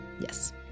Yes